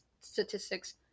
statistics